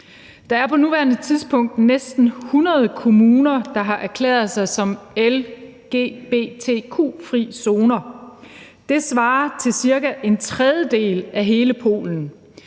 Der er på nuværende tidspunkt næsten 100 kommuner, der har erklæret sig som lgbtq-frie zoner, og det svarer til cirka en tredjedel af hele Polen.